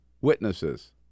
witnesses